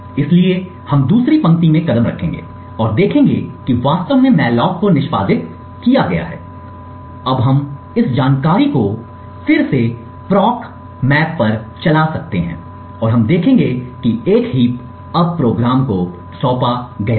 इसलिए हम दूसरी पंक्ति में कदम रखेंगे और देखेंगे कि वास्तव में मॉलोक को निष्पादित किया गया हैअब हम इस जानकारी को फिर से मानचित्र पर चला सकते हैं और हम देखेंगे कि एक हीप अब कार्यक्रम को सौंपा गया है